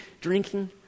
drinking